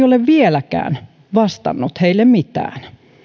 ole vieläkään vastannut heille mitään